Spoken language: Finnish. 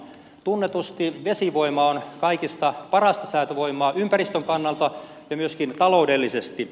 tunnetusti vesivoima on kaikista parasta säätövoimaa ympäristön kannalta ja myöskin taloudellisesti